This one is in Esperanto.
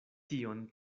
tion